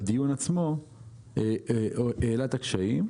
בדיון עצמו העלה את הקשיים,